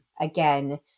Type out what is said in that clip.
again